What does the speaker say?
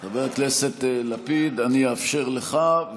חבר הכנסת לפיד, אני אאפשר לך.